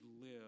live